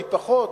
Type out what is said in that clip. מי פחות,